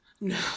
no